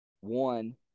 One